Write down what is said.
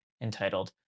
entitled